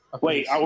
Wait